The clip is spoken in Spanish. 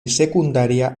secundaria